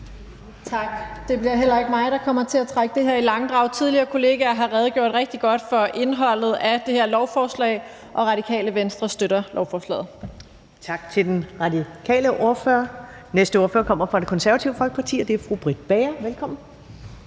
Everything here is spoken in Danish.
Tak. Det bliver heller ikke mig, der kommer til at trække det her i langdrag. Tidligere kollegaer har redegjort rigtig godt for indholdet af det her lovforslag, og Radikale Venstre støtter lovforslaget. Kl. 11:20 Første næstformand (Karen Ellemann): Tak til den radikale ordfører. Næste ordfører kommer fra Det Konservative Folkeparti, og det er fru Britt Bager. Velkommen.